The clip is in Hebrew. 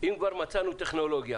אם כבר מצאנו טכנולוגיה